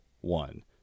one